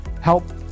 help